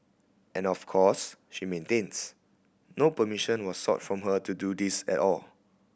and of course she maintains no permission was sought from her to do this at all